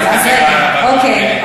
אוקיי,